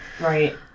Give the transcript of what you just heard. Right